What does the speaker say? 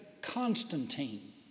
Constantine